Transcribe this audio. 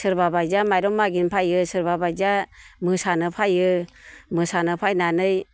सोरबा बायदिया माइरं मागिनो फैयो सोरबाबायदिया मोसानो फैयो मोसानो फैनानै